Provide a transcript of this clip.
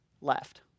left